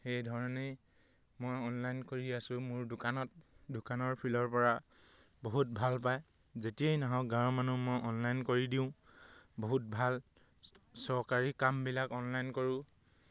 সেইধৰণেই মই অনলাইন কৰি আছোঁ মোৰ দোকানত দোকানৰ ফালৰপৰা বহুত ভাল পায় যেতিয়াই নহওক গাঁৱৰ মানুহ মই অনলাইন কৰি দিওঁ বহুত ভাল চৰকাৰী কামবিলাক অনলাইন কৰোঁ